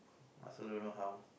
I also don't know how